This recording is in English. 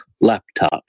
laptop